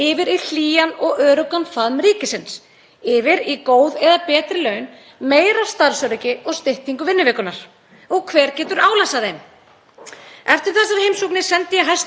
Eftir þessar heimsóknir sendi ég hæstv. fjármála- og efnahagsráðherra því fyrirspurn um hvort hann hefði upplýsingar um umfang sérfræðinga sem færa sig frá einkageiranum yfir til hins opinbera.